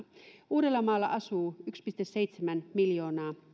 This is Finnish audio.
uudellamaalla asuu yksi pilkku seitsemän miljoonaa